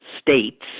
states